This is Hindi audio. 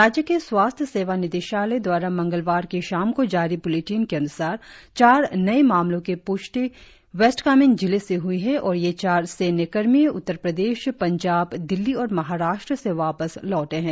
राज्य के स्वास्थ्य सेवा निदेशालय दवारा मंगलवार की शाम को जारी ब्लेटिन के अन्सार चार नए मामलों की प्ष्टि वेस्ट कामेंग जिले से हई है और ये चार सैन्य कर्मी उत्तर प्रदेश पंजाब दिल्ली और महाराष्ट्र से वापस लौटे है